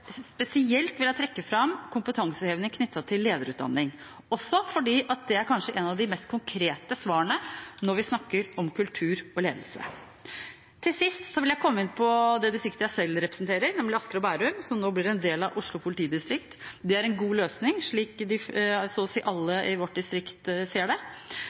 trekke fram kompetanseheving knyttet til lederutdanning, også fordi det kanskje er et av de mest konkrete svarene når vi snakker om kultur og ledelse. Til sist vil jeg komme inn på det distriktet jeg selv representerer, nemlig Asker og Bærum, som nå blir en del av Oslo politidistrikt. Det er en god løsning, slik så å si alle i vårt distrikt ser det.